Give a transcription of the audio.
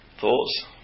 thoughts